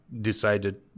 decided